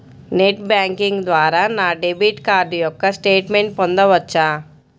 Net banking ద్వారా నా debit card యొక్క స్టేట్మెంట్ పొందవచ్చా?